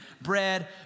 bread